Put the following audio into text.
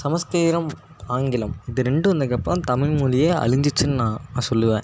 சமஸ்கீரம் ஆங்கிலம் இது ரெண்டும் வந்ததுக்கப்புறம் தமிழ்மொலியே அழிஞ்சிச்சின்னு நான் சொல்லுவேன்